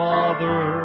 Father